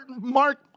mark